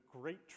great